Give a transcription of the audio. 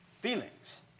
feelings